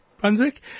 Brunswick